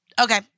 Okay